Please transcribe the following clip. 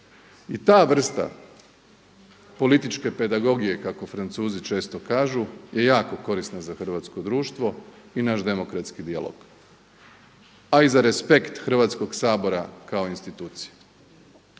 I ta vrsta političke pedagogije kako Francuzi često kažu je jako korisna za hrvatsko društvo i naš demokratski dijalog a i za respekt Hrvatskog sabora kao institucije